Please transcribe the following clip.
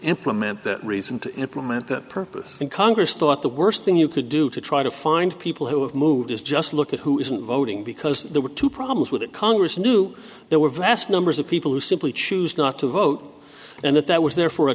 implement that reason to implement that purpose and congress thought the worst thing you could do to try to find people who have moved is just look at who isn't voting because there were two problems with it congress knew there were vast numbers of people who simply choose not to vote and that that was therefore a